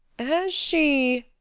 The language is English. has she,